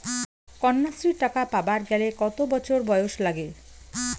কন্যাশ্রী টাকা পাবার গেলে কতো বছর বয়স লাগে?